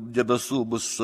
debesų bus